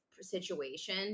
situation